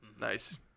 Nice